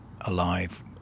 alive